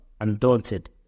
undaunted